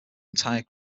entire